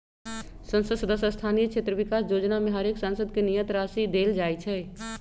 संसद सदस्य स्थानीय क्षेत्र विकास जोजना में हरेक सांसद के नियत राशि देल जाइ छइ